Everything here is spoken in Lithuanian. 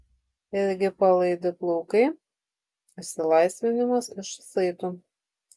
ilgi palaidi plaukai išsilaisvinimas iš saitų